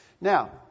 Now